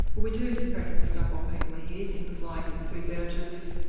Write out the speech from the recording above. we do some practical stuff while people are here, things like food vouchers,